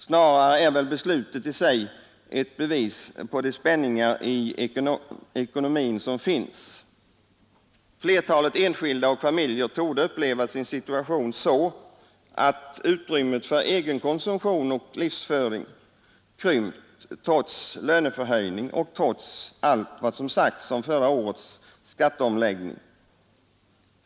Snarare är väl beslutet i sig ett bevis på spänningarna i ekonomin. Flertalet enskilda och familjer torde uppleva sin situation så, att utrymmet för egen konsumtion och livsföring krympt trots löneförhöjning och trots allt vad som sagts om förra årets skatteomläggning.